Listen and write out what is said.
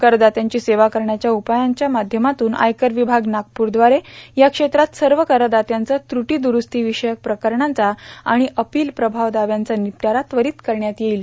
करदात्यांची सेवा करण्याच्या उपायांच्या माध्यमातून आयकर विभाग नागपूरद्वारे या क्षेत्रातील सर्व करदात्यांचे त्रुटि दुरूस्ती विषयक प्रकरणांचा आणि अपील प्रभाव दाव्यांचा निपटारा त्वरीत करण्यात येईल